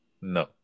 No